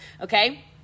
okay